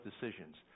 decisions